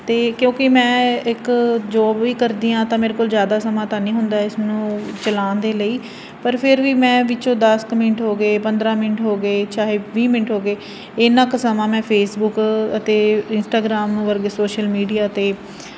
ਅਤੇ ਕਿਉਂਕਿ ਮੈਂ ਇੱਕ ਜੋਬ ਵੀ ਕਰਦੀ ਹਾਂ ਤਾਂ ਮੇਰੇ ਕੋਲ ਜ਼ਿਆਦਾ ਸਮਾਂ ਤਾਂ ਨਹੀਂ ਹੁੰਦਾ ਇਸ ਨੂੰ ਚਲਾਉਣ ਦੇ ਲਈ ਪਰ ਫਿਰ ਵੀ ਮੈਂ ਵਿੱਚੋਂ ਦਸ ਕੁ ਮਿੰਟ ਹੋ ਗਏ ਪੰਦਰ੍ਹਾਂ ਮਿੰਟ ਹੋ ਗਏ ਚਾਹੇ ਵੀਹ ਮਿੰਟ ਹੋ ਗਏ ਇੰਨਾਂ ਕੁ ਸਮਾਂ ਮੈਂ ਫੇਸਬੁਕ ਅਤੇ ਇੰਸਟਾਗਰਾਮ ਵਰਗੇ ਸੋਸ਼ਲ ਮੀਡੀਆ 'ਤੇ